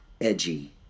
Edgy